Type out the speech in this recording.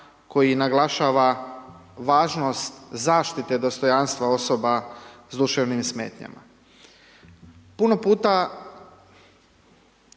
koji naglašava važnost zaštite dostojanstva osobe s duševnim smetnjama. Puno puta